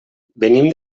venim